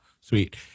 Sweet